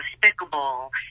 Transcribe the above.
despicable